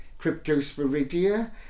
Cryptosporidia